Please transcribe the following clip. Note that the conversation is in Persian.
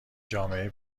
جامعه